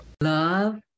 Love